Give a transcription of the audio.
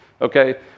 Okay